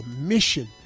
mission